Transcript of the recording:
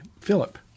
Philip